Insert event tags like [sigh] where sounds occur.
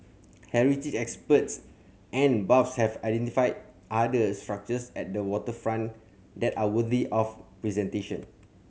heritage experts and buffs have identified other structures at the waterfront that are worthy of [unintelligible]